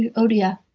and oh dear.